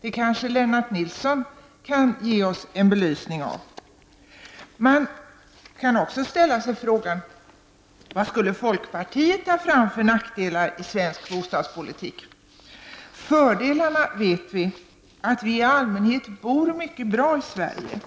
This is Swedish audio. Det kanske Lennart Nilsson kan ge oss en belysning av. Man kan också ställa sig frågan: Vad skulle folkpartiet ta fram för nackdelar i svensk bostadspolitik? Fördelarna känner vi till -- att vi i allmänhet bor mycket bra i Sverige.